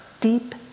deep